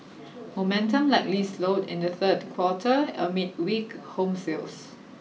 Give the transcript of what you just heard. momentum likely slowed in the third quarter amid weak home sales